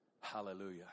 Hallelujah